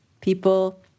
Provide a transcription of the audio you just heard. people